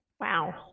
Wow